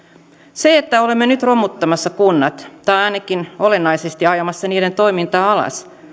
se että olemme nyt romuttamassa kunnat tai ainakin olennaisesti ajamassa niiden toimintaa alas